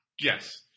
Yes